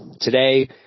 today